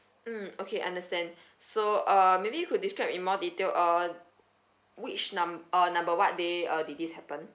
mm okay understand so uh maybe you could describe in more detail uh which num~ uh number what day uh did this happen